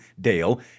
Dale